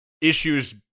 issues